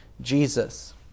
Jesus